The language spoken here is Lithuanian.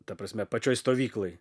ta prasme pačioj stovykloj